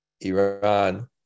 Iran